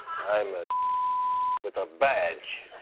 i'm a with a badge.